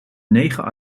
negen